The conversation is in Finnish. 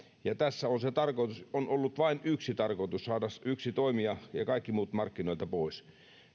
ja tässä on ollut vain yksi tarkoitus saada yksi toimija valituksi ja kaikki muut markkinoilta pois